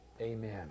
amen